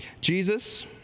Jesus